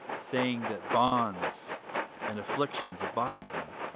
saying that bonds and afflictions abide me.